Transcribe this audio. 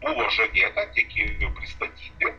buvo žadėta taigi jau pristatyti